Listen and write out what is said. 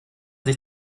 sich